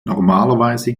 normalerweise